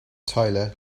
tyler